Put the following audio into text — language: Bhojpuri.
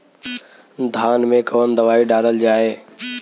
धान मे कवन दवाई डालल जाए?